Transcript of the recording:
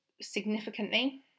significantly